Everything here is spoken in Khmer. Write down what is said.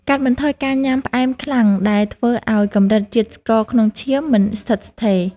កាត់បន្ថយការញ៉ាំផ្អែមខ្លាំង ដែលធ្វើឱ្យកម្រិតជាតិស្ករក្នុងឈាមមិនស្ថិតស្ថេរ។